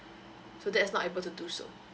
so that is not able to do so